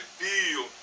feel